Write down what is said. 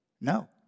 No